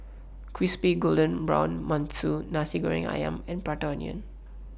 Crispy Golden Brown mantou Nasi Goreng Ayam and Prata Onion